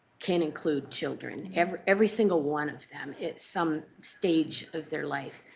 can include children. every every single one of them at some stage of their life.